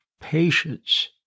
patience